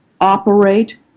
operate